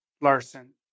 Larson